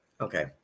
Okay